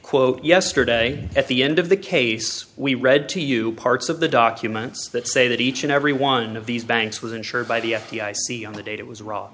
quote yesterday at the end of the case we read to you parts of the documents that say that each and every one of these banks was insured by the f b i see on the date it was ro